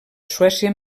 suècia